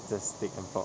just take and pop